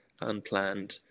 unplanned